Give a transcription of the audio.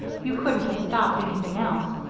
you couldn't have stopped anything else,